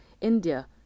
India